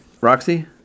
Roxy